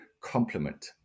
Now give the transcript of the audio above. complement